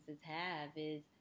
have—is